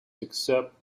except